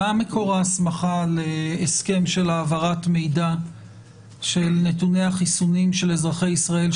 מה מקור ההסכמה להסכם של העברת מידע של נתוני החיסונים של אזרחי ישראל?